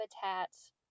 habitats